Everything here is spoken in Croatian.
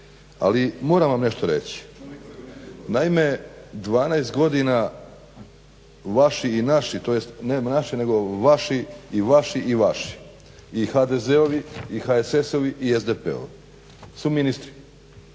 ali moram vam nešto reći. Naime, 12 godina vaši i naši tj. ne naši nego vaši i vaši i vaši i HDZ-ovi i HSS-ovi i SDP-ov su ministri.